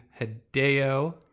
Hideo